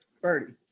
Birdie